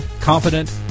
confident